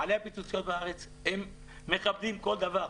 בעלי הפיצוציות בארץ מקבלים כל דבר.